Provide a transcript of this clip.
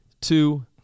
two